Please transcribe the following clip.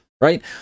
right